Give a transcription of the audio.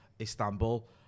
Istanbul